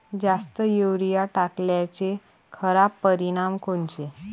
जास्त युरीया टाकल्याचे खराब परिनाम कोनचे?